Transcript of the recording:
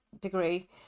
degree